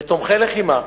ותומכי לחימה,